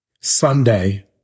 Sunday